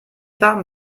warm